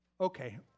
Okay